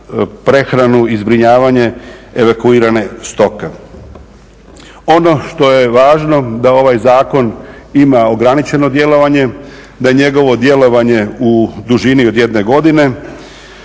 prehranu i zbrinjavanje evakuirane stoke. Ono što je važno je da ovaj zakon ima ograničeno djelovanje, da je njegovo djelovanje u dužini od jedne godine,